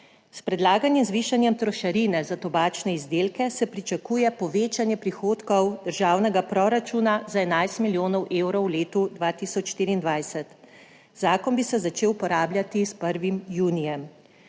S predlaganim zvišanjem trošarine za tobačne izdelke se pričakuje povečanje prihodkov državnega proračuna za 11 milijonov evrov v letu 2024. Zakon bi se začel uporabljati s 1. junijem.